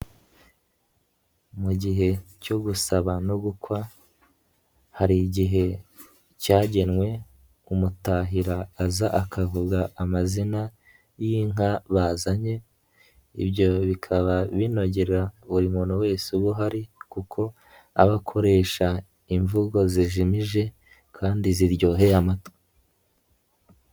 Mu gihe cyo gusaba no gukwa hari igihe cyagenwe umutahira aza akavuga amazina y'inka bazanye, ibyo bikaba binogera buri muntu wese uba uhari kuko aba akoresha imvugo zijimije kandi ziryoheye amatwi.